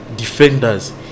defenders